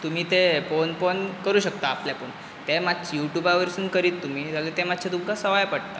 तुमी तें पोवन पोवन करूंक शकता आपल्यापून तें मात युटुबा वयरसून करीत तुमी जाल्या तें मात्शें तुमकां सवाय पडटा